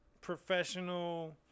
professional